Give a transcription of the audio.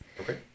Okay